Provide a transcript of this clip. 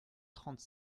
trente